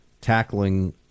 tackling